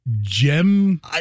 gem